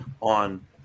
on